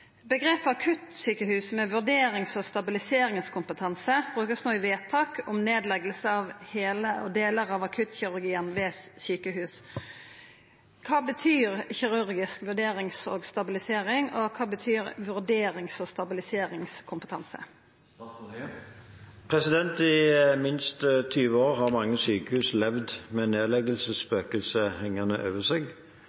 Begrepet «akuttsykehus med vurderings- og stabiliseringskompetanse» brukes nå i vedtak om nedleggelse av hele/deler av akuttkirurgien ved sykehus. Hva betyr «kirurgisk vurdering og stabilisering», og hva betyr «vurderings- og stabiliseringskompetanse»?» I minst 20 år har mange sykehus levd med